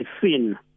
seen